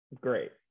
great